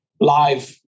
live